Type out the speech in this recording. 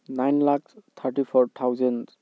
nine lakh thirty four thousand